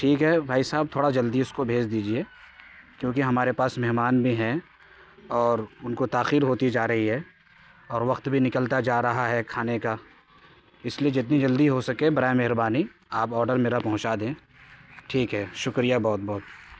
ٹھیک ہے بھائی صاحب تھوڑا جلدی اس کو بھیج دیجیے کیونکہ ہمارے پاس مہمان بھی ہیں اور ان کو تاخیر ہوتی جا رہی ہے اور وقت بھی نکلتا جا رہا ہے کھانے کا اس لیے جتنی جلدی ہو سکے برائے مہربانی آپ آرڈر میرا پہنچا دیں ٹھیک ہے شکریہ بہت بہت